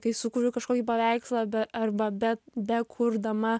kai sukuriu kažkokį paveikslą be arba be bekurdama